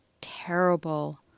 terrible